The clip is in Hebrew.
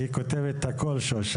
היא כותבת את הכול, שוש.